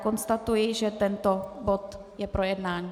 Konstatuji, že tento bod je projednán.